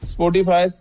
Spotify